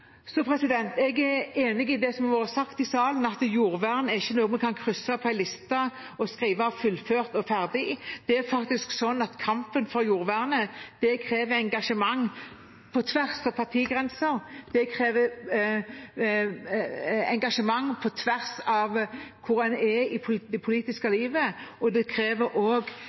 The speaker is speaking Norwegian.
Jeg er enig i det som har vært sagt i salen om at jordvern ikke er noe vi kan krysse av på en liste og skrive at er fullført og ferdig. Kampen for jordvernet krever engasjement på tvers av partigrenser, det krever engasjement på tvers av hvor en er i det politiske livet, og det krever